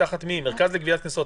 המרכז לגביית קנסות,